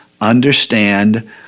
understand